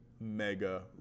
mega